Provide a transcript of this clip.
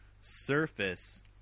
surface